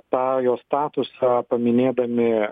tą jo statusą paminėdami